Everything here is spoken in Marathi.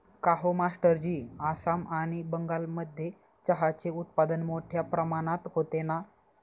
काहो मास्टरजी आसाम आणि बंगालमध्ये चहाचे उत्पादन मोठया प्रमाणात होते ना